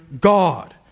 God